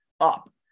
up